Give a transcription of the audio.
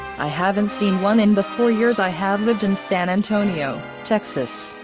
i haven't seen one in the four years i have lived in san antonio, texas,